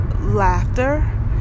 laughter